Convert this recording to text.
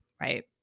Right